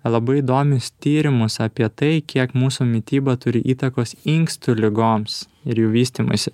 labai įdomius tyrimus apie tai kiek mūsų mityba turi įtakos inkstų ligoms ir jų vystymuisi